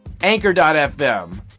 Anchor.fm